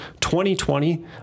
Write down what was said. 2020